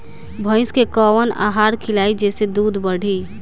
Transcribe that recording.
भइस के कवन आहार खिलाई जेसे दूध बढ़ी?